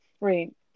Right